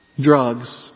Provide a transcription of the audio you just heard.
Drugs